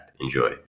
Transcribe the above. Enjoy